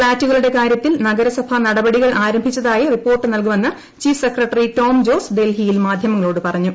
ഫ്ളാറ്റുകളുടെ കാര്യത്തിൽ നഗരസഭ നടപടികൾ ആരംഭിച്ചതായി റിപ്പോർട്ട് നൽകുമെന്ന് ചീഫ് സെക്രട്ടറി ടോം ജോസ് ഡൽഹിയിൽ മാധ്യമങ്ങളോട് പറഞ്ഞു